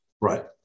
right